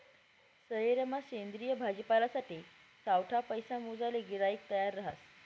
सयेरमा सेंद्रिय भाजीपालासाठे सावठा पैसा मोजाले गिराईक तयार रहास